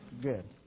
Good